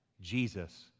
Jesus